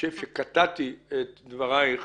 חושב שקטעתי את דברייך